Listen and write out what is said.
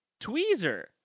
tweezer